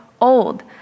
old